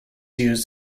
used